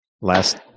Last